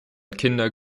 kinder